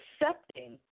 accepting